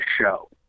show